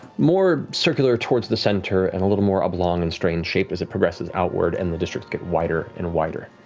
more circular towards the center and a little more oblong and strange shape as it progresses outward and the districts get wider and wider.